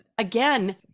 again